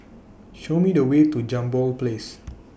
Show Me The Way to Jambol Place